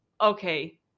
okay